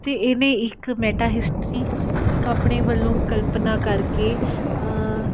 ਅਤੇ ਇਹਨੇ ਇੱਕ ਮੈਟਾ ਹਿਸਟਰੀ ਇੱਕ ਆਪਣੇ ਵੱਲੋਂ ਕਲਪਨਾ ਕਰਕੇ